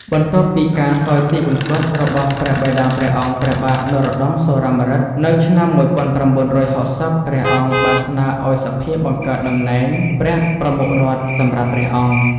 បន្ទាប់ពីការសោយទិវង្គតរបស់ព្រះបិតាព្រះអង្គ ព្រះបាទ នរោត្តម សុរាម្រិត នៅឆ្នាំ ១៩៦០ ព្រះអង្គបានស្នើឱ្យសភាបង្កើតតំណែង ព្រះប្រមុខរដ្ឋ សម្រាប់ព្រះអង្គ។